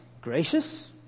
gracious